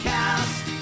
Cast